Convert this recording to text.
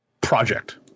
project